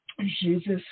Jesus